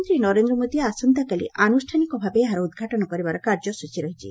ପ୍ରଧାନମନ୍ତୀ ନରେନ୍ଦ ମୋଦି ଆସନ୍ତାକାଲି ଆନୁଷ୍ଠାନିକ ଭାବେ ଏହାର ଉଦ୍ଘାଟନ କରିବାର କାର୍ଯ୍ୟସୂଚୀ ରହିଛି